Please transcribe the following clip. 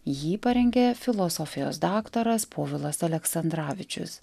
jį parengė filosofijos daktaras povilas aleksandravičius